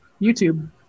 YouTube